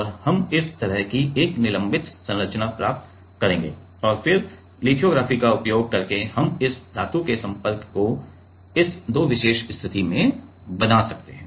और हम इस तरह की एक निलंबित संरचना प्राप्त करेंगे और फिर लिथोग्राफी का उपयोग करके हम इस धातु के संपर्क को इस दो विशेष स्थिति में बना सकते हैं